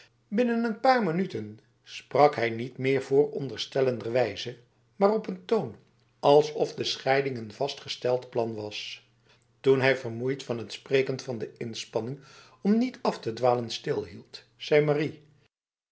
binnen n paar minuten sprak hij niet meer vooronderstellenderwijze maar op een toon alsof de scheiding een vastgesteld plan was toen hij vermoeid van het spreken van de inspanning om niet af te dwalen stilhield zei marie